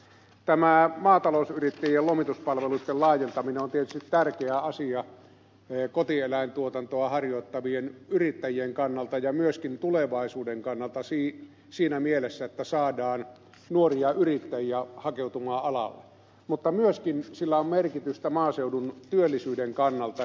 tämä maatalousyrittäjien lomituspalveluitten laajentaminen on tietysti tärkeä asia kotieläintuotantoa harjoittavien yrittäjien kannalta ja myöskin tulevaisuuden kannalta siinä mielessä että saadaan nuoria yrittäjiä hakeutumaan alalle mutta myöskin sillä on merkitystä maaseudun työllisyyden kannalta